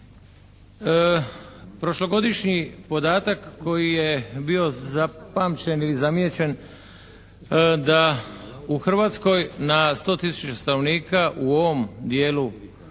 Prošlogodišnji podatak koji je bio zapamćen i zamijećen da u Hrvatskoj na 100 tisuća stanovnika u ovom dijelu